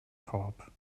korb